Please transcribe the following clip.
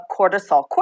cortisol